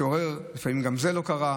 התעורר מחום מאוד גבוה, לפעמים גם זה לא קרה.